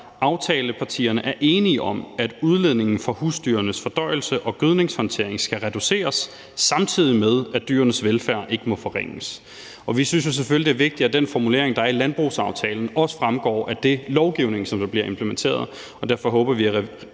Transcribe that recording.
»Aftaleparterne er enige om, at udledningen fra husdyrenes fordøjelse og gødningshåndtering skal reduceres, samtidig med at dyrenes velfærd ikke må forringes.« Vi synes selvfølgelig, det er vigtigt, at den formulering, der er i landbrugsaftalen, også fremgår af den lovgivning, som bliver implementeret, og derfor håber vi, at